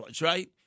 right